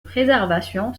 préservation